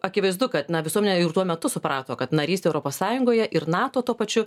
akivaizdu kad na visuomenė ir tuo metu suprato kad narystė europos sąjungoje ir nato tuo pačiu